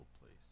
place